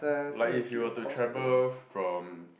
like if you were to travel from